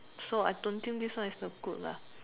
so I don't think this one is the good lah